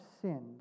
sinned